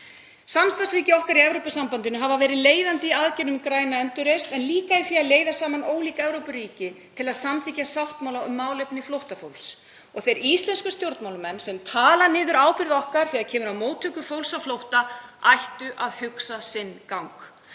Samstarfsríki okkar í Evrópusambandinu hafa verið leiðandi í aðgerðum um græna endurreisn, en líka í því að leiða saman ólík Evrópuríki til að samþykkja sáttmála um málefni flóttafólks. Og þeir íslensku stjórnmálamenn sem tala niður ábyrgð okkar þegar kemur að móttöku fólks á flótta ættu að hugsa sinn gang.